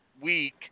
week